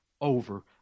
over